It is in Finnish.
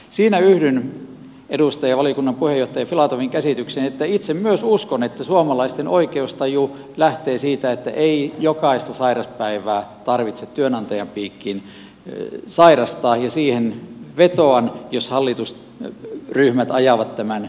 siinä yhdyn edustaja valiokunnan puheenjohtaja filatovin käsitykseen että myös itse uskon että suomalaisten oikeustaju lähtee siitä että ei jokaista sairauspäivää tarvitse työnantajan piikkiin sairastaa ja siihen vetoan jos hallitusryhmät ajavat tämän asian päätökseen